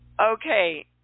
Okay